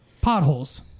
potholes